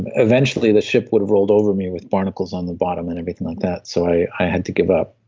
eventually the ship would roll over me with barnacles on the bottom and everything like that, so i had to give up.